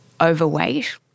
overweight